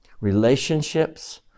Relationships